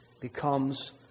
becomes